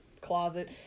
closet